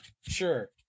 Sure